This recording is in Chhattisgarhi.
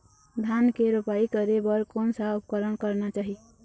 धान के रोपाई करे बर कोन सा उपकरण करना चाही?